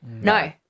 No